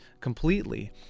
completely